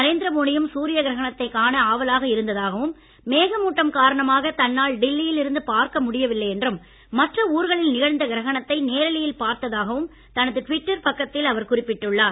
நரேந்திர மோடியும் சூரிய கிரகணத்தை காண ஆவலாக இருந்த்தாகவும் மேக மூட்டம் காரணமாக தன்னால் தில்லியில் இருந்து பார்க்க முடியவில்லை என்றும் மற்ற ஊர்களில் நிகழ்ந்த கிரகணத்தை நேரலையில் பார்த்தாகவும் தனது டுவிட்டர் பக்கத்தில் குறிப்பிட்டுள்ளார்